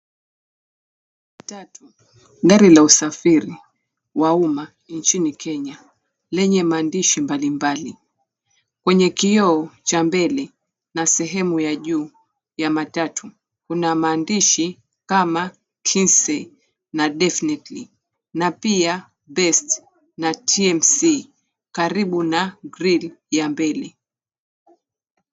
Kuna matatu, gari la usafiri wa uma nchini Kenya lenye maandishi mbalimbali kwenye kioo cha mbele na sehemu ya juu ya matatu kuna maandishi kama nipsey na disnely na pia dest na TMC karibu na grill ya mbele.